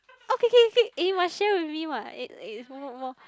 oh k k k eh you must share with me what eh eh